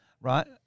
right